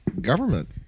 government